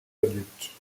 adultes